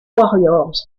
warriors